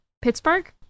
pittsburgh